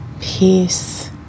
peace